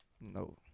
No